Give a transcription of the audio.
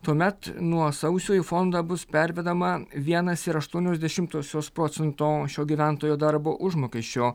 tuomet nuo sausio į fondą bus pervedama vienas ir aštuonios dešimtosios procento šio gyventojo darbo užmokesčio